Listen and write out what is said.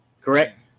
Correct